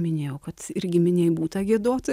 minėjau kad ir giminėj būta giedoti